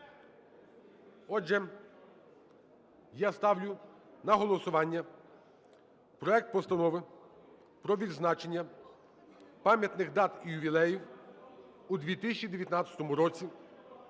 Отже, я ставлю на голосування проект Постанови про відзначення пам'ятних дат і ювілеїв у 2019 році